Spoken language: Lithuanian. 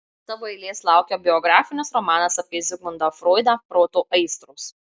savo eilės laukia biografinis romanas apie zigmundą froidą proto aistros